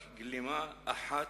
רק גלימה אחת,